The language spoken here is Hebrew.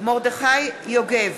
מרדכי יוגב,